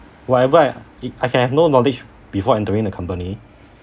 whatever I it I can have no knowledge before entering the company